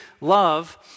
love